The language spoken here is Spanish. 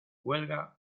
huelga